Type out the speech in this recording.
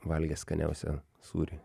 valgęs skaniausią sūrį